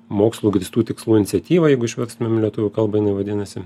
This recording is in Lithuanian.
mokslu grįstų tikslų iniciatyva jeigu išverstumėm į lietuvių kalbą jinai vadinasi